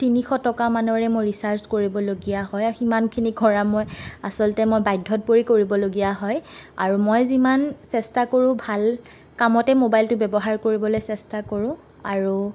তিনিশ টকা মানৰে মই ৰিচাৰ্জ কৰিবলগীয়া হয় আৰু সিমানখিনি কৰা মই আচলতে মই বাধ্যত পৰি কৰিবলগীয়া হয় আৰু মই যিমান চেষ্টা কৰোঁ ভাল কামতে মোবাইলটো ব্য়ৱহাৰ কৰিবলৈ চেষ্টা কৰোঁ আৰু